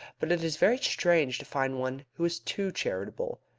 but it is very strange to find one who is too charitable.